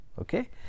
Okay